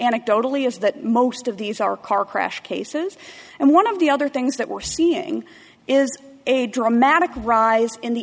anecdotally is that most of these are car crash cases and one of the other things that we're seeing is a dramatic rise in the